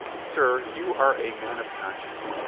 sir, you are a man of conscience.